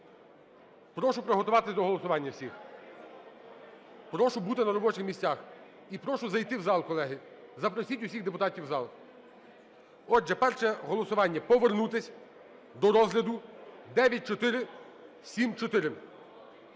Прошу приготуватись до голосування усіх. Прошу бути на робочих місцях. І прошу зайти в зал, колеги. Запросіть усіх депутатів у зал. Отже, перше голосування: повернутись до розгляду 9474.